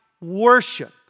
worship